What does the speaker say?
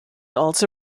also